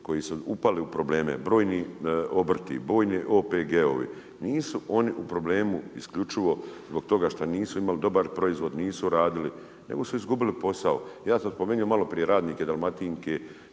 koji su upali u probleme, brojni obrti, brojni OPG-ovi. Nisu oni u problemu isključivo zbog toga šta nisu imali dobar proizvod, nisu radili, nego su izgubili posao. Ja sam spomenuo maloprije radnike, Dalmatinke,